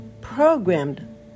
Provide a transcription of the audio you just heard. programmed